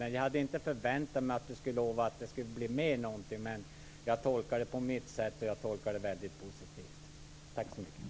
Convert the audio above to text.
Men jag hade inte förväntat mig att hon skulle lova att det skulle bli mer, men jag tolkar det på mitt sätt och tolkar det väldigt positivt.